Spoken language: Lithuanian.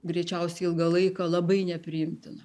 greičiausiai ilgą laiką labai nepriimtina